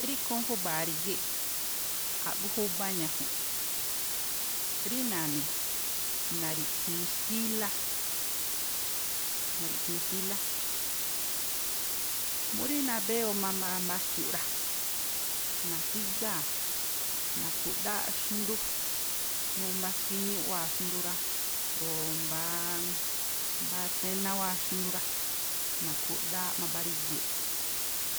Rí ikhúún júba̱a rígíꞌ, a̱ꞌgú júbá ñaju̱nꞌ. Rí na̱ni̱, na̱ri̱ꞌthi̱in xtílá, na̱ri̱ꞌthi̱in xtílá, mú rí nabéwoo má mbáá mbáxtiu̱ꞌ rá, na̱tígáa̱, na̱khu̱ꞌdááꞌ xndú. Mú mbá skíñúꞌ wáa̱ xndú rá, o̱ mbáá, mbá rséná wáa̱ xndú rá. Na̱khu̱ꞌdááꞌ mabáríguu̱ꞌ